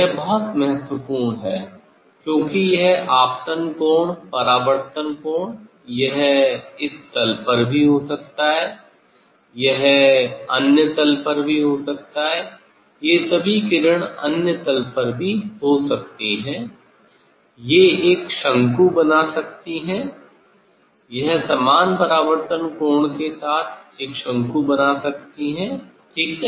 यह बहुत महत्वपूर्ण है क्योंकि यह आपतन कोण है परावर्तन कोण यह इस तल पर भी हो सकता है यह अन्य तल पर हो सकता है ये सभी किरण अन्य तल पर भी हो सकती है ये एक शंकु बना सकती हैं यह समान परावर्तन कोण के साथ एक शंकु बना सकती हैं ठीक है